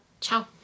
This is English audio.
ciao